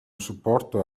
supporto